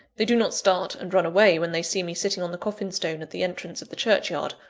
they do not start and run away, when they see me sitting on the coffin stone at the entrance of the churchyard,